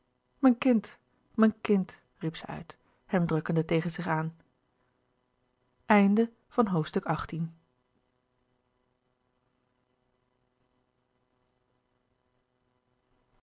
mijn kind mijn kind riep zij uit hem drukkende tegen zich aan